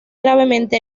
gravemente